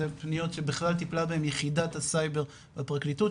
זה פניות שבכלל טיפלה בהם יחידת הסייבר בפרקליטות,